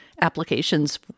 applications